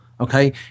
Okay